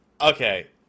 Okay